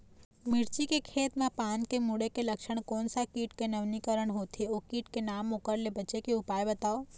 मिर्ची के खेती मा पान के मुड़े के लक्षण कोन सा कीट के नवीनीकरण होथे ओ कीट के नाम ओकर ले बचे के उपाय बताओ?